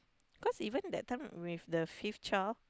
cause even that time with the fifth child